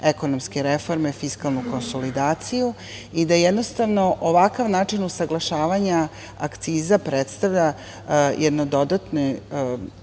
ekonomske reforme i fiskalnu konsolidaciju, i da jednostavno ovakav način usaglašavanja akciza predstavlja jedno dodatno